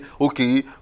okay